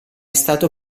stato